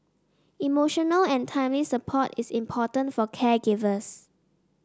emotional and timely support is important for caregivers